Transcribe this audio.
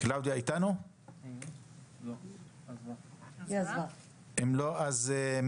אם היא לא נמצאת,